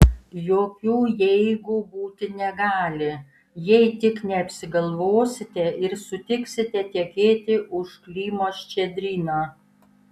jokių jeigu būti negali jei tik neapsigalvosite ir sutiksite tekėti už klimo ščedrino